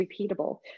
repeatable